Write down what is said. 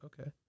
Okay